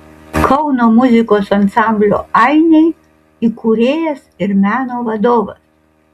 kauno muzikos ansamblio ainiai įkūrėjas ir meno vadovas